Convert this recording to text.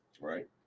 Right